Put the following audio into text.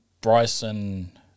Bryson